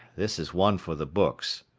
this is one for the books.